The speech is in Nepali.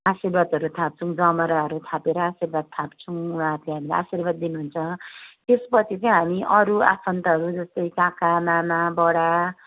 आशीर्वादहरू थाप्छौँ जमराहरू थापेर आशीर्वादहरू थाप्छौँ उहाँले हामीलाई आशीर्वाद दिनुहुन्छ त्यसपछि चाहिँ हामी अरू आफन्तहरू जस्तै काका मामा बडा